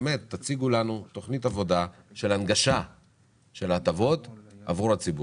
תציגו לנו תכנית עבודה של הנגשה של הטבות עבור הציבור.